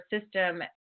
system